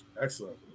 Excellent